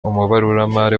umubaruramari